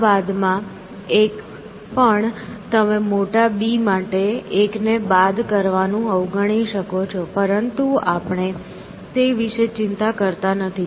આ બાદમાં 1 પણ તમે મોટા b માટે 1 ને બાદ કરવાનું અવગણી શકો છો પરંતુ આપણે તે વિશે ચિંતા કરતા નથી